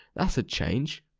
that's a change!